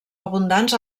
abundants